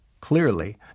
Clearly